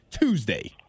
Tuesday